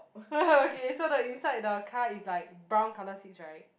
okay so the inside the car is like brown colour seats right